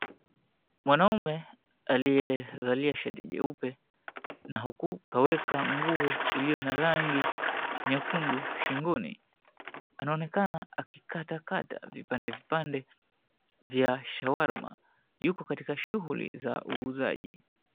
Mwanaume aliyevalia shati jeupe na huku kaweka nguo iliyo na rangi nyekundu shingoni, anaonekana akikatakata vipande vipande vya shawarma yuko katika shughuli za uuzaji.